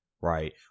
right